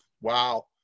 wow